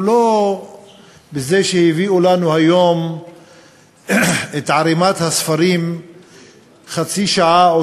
הוא לא בזה שהביאו לנו היום את ערמת הספרים חצי שעה או